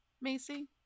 Macy